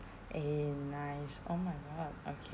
eh nice oh my god okay okay